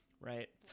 right